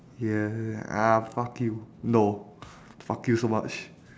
ya ah fuck you no fuck you so much